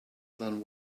than